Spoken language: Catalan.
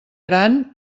gran